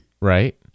right